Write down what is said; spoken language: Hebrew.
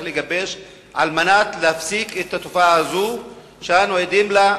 לגבש על מנת להפסיק את התופעה הזאת שאנחנו עדים לה,